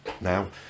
now